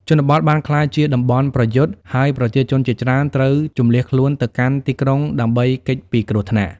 ជនបទបានក្លាយជាតំបន់ប្រយុទ្ធ ហើយប្រជាជនជាច្រើនត្រូវជម្លៀសខ្លួនទៅកាន់ទីក្រុងដើម្បីគេចពីគ្រោះថ្នាក់។